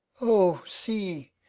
o, see,